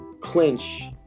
clinch